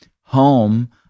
home